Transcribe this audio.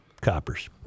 coppers